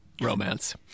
Romance